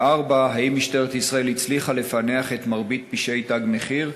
4. האם משטרת ישראל הצליחה לפענח את מרבית פשעי "תג מחיר"